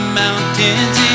mountains